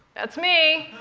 that's me!